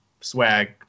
swag